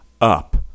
up